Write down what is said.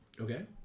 Okay